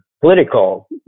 political